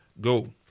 go